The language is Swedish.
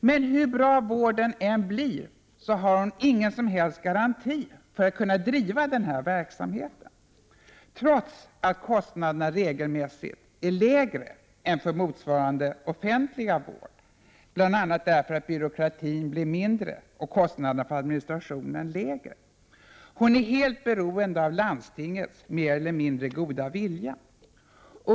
Men hur bra vården än blir har hon ingen som helst garanti för att kunna driva denna verksamhet, trots att kostnaderna regelmässigt är lägre än för motsvarande offentliga vård, bl.a. därför att byråkratin blir mindre och kostnaderna för administrationen lägre. Hon är helt beroende av landstingets mer eller mindre goda vilja.